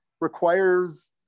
requires